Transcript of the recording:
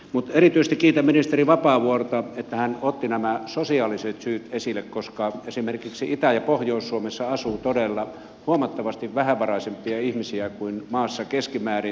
mutta erityisesti kiitän ministeri vapaavuorta että hän otti nämä sosiaaliset syyt esille koska esimerkiksi itä ja pohjois suomessa asuu todella huomattavasti vähävaraisempia ihmisiä kuin maassa keskimäärin